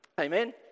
Amen